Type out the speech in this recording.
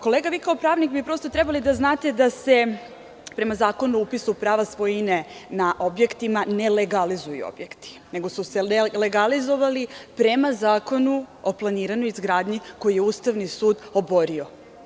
Kolega, vi kao pravnik prosto bih trebali da znate da prema Zakonu o upisu prava svojine na objektima ne legalizuju objekti, nego su se legalizovali prema Zakonu o planiranju i izgradnji koji je Ustavni sud oborio.